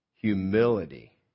Humility